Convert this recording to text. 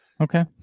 Okay